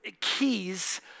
keys